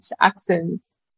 accents